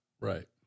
Right